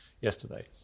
yesterday